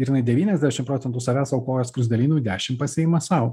ir jinai devyniasdešim procentų savęs aukoja skruzdėlynui dešim pasiima sau